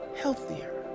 healthier